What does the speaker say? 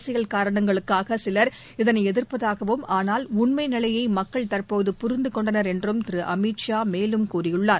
அரசியல் காரணங்களுக்காக சிலர் இதனை எதிர்ப்பதாகவும் ஆனால் உண்மை நிலையை மக்கள் தற்போது கொண்டனர் புரிந்து என்றும் திரு அமித்ஷா மேலும் கூறியுள்ளார்